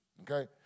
okay